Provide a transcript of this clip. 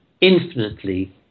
infinitely